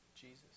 Jesus